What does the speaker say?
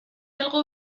algo